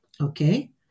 Okay